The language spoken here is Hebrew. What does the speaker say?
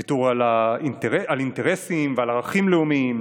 ויתור על אינטרסים ועל ערכים לאומיים,